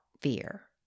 fear